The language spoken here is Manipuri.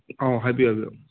ꯑꯧ ꯍꯥꯏꯕꯤꯌꯣ ꯍꯥꯏꯕꯤꯌꯣ